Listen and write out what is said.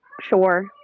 Sure